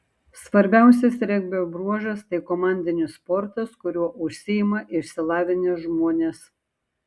svarbiausias regbio bruožas tai komandinis sportas kuriuo užsiima išsilavinę žmonės